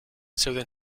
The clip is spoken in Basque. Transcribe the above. zeuden